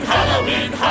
Halloween